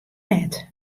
net